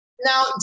Now